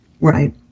Right